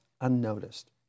unnoticed